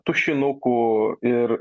tušinukų ir